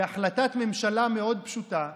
בהחלטת ממשלה פשוטה מאוד,